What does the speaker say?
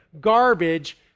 garbage